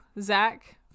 Zach